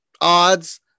odds